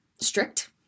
strict